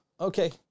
okay